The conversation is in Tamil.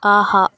ஆஹா